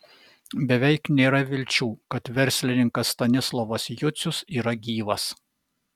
beveik nėra vilčių kad verslininkas stanislovas jucius yra gyvas